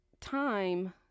time